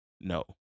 No